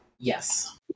Yes